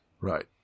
Right